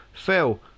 Phil